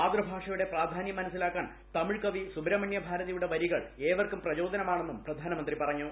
മാതൃഭാഷയുടെ പ്രാധാന്യം മനസ്സിലാക്കാൻ തമിഴ് കവി സുബ്രഹ്മണ്യ ഭാരതിയുടെ വരികൾ ഏവർക്കും പ്രചോദനമാണെന്നും പ്രധാനമന്ത്രി പറഞ്ഞു